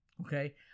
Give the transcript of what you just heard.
Okay